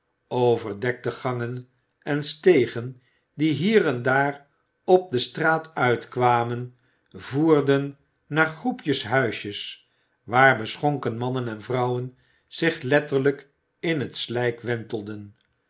overdekte gangen en stegen die hier en daar op de straat uitkwamen voerden naar groepjes huisjes waar beschonken mannen en vrouwen zich letterlijk in het slijk wentelden